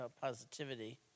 Positivity